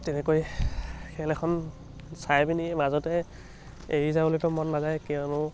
তেনেকৈ খেল এখন চাই পিনি মাজতে এৰি যাবলৈতো মন নাযায় কিয়নো